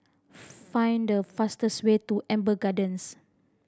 find the fastest way to Amber Gardens